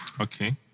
Okay